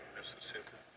Mississippi